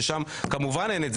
ששם כמובן אין את זה,